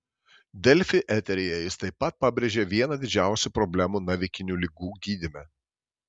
delfi eteryje jis taip pat pabrėžė vieną didžiausių problemų navikinių ligų gydyme